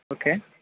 okay